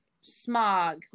smog